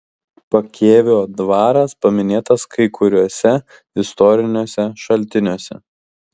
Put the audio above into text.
pakėvio dvaras paminėtas kai kuriuose istoriniuose šaltiniuose